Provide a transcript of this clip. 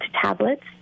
tablets